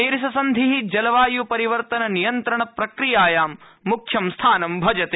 पेरिससन्धि जलवाय परिवर्तन नियंत्रण प्रक्रियायां मुख्यं स्थानं भजते